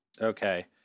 Okay